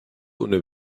ohne